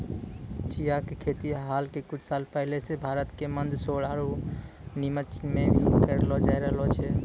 चिया के खेती हाल कुछ साल पहले सॅ भारत के मंदसौर आरो निमच मॅ भी करलो जाय रहलो छै